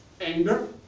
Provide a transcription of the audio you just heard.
Anger